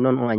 kullum